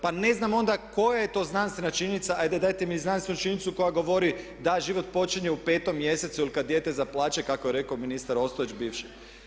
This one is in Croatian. Pa ne znam onda koja je to znanstvena činjenica, ajde dajte mi znanstvenu činjenicu koja govori da život počinje u petom mjesecu ili kad dijete zaplače kako je rekao ministar Ostojić bivši.